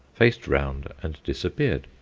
faced round and disappeared.